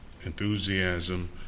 enthusiasm